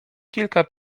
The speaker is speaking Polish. kilka